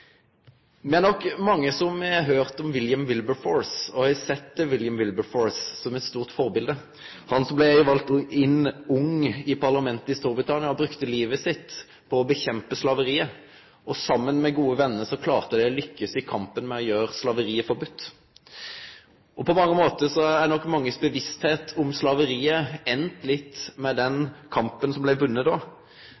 Me er nok mange som har høyrt om og sett til William Wilberforce som eit stort førebilete. Han blei som ung valt inn i parlamentet i Storbritannia og brukte livet sitt på å kjempe mot slaveriet. Saman med gode vener lykkast det han å vinne kampen om å gjere slaveriet forbode. På mange måtar har nok bevisstheita til mange enda litt med den